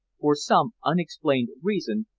for some unexplained reason,